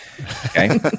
Okay